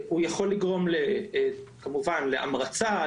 הוא יכול לגרום כמובן להמרצה,